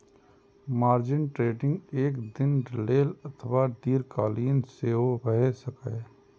margin trading एक दिन लेल अथवा दीर्घकालीन सेहो भए सकैए